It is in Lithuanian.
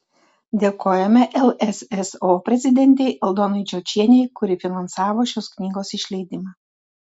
dėkojame lsso prezidentei aldonai čiočienei kuri finansavo šios knygos išleidimą